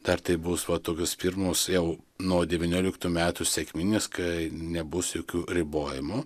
dar tai bus va tokios pirmos jau nuo devynioliktų metų sekminės kai nebus jokių ribojimų